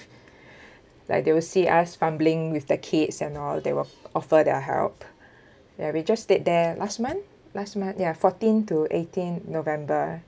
like they will see us fumbling with the kids and all they will offer their help ya we just stayed there last month last month ya fourteen to eighteen november